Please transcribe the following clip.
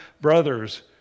brothers